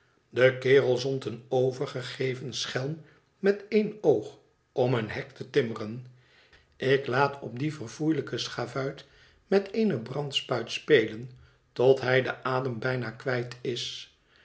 de kerel zond een overgegeven schelm met één oog om een hek te timmeren ik laat op dien verfoeielijken schavuit met eene brandspuit spelen tot hij den adem bijna kwijt is